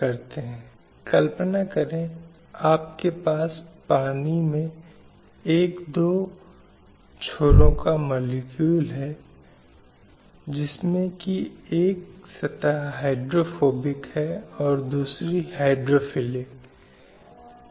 इसने यह सुनिश्चित करने का प्रयास किया कि इस प्रणाली में कानूनी व्यवस्था में विभिन्न संगठनों और उद्यमों द्वारा पालन किया जाता है